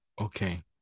Okay